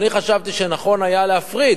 אני חשבתי שנכון היה להפריד